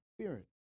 spirit